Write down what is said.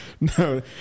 no